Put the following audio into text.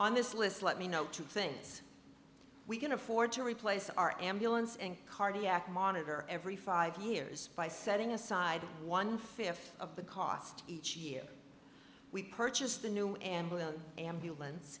on this list let me note two things we can afford to replace our ambulance and cardiac monitor every five years by setting aside one fifth of the cost each year we purchased the new ambulance